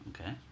Okay